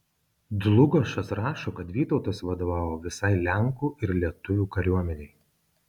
dlugošas rašo kad vytautas vadovavo visai lenkų ir lietuvių kariuomenei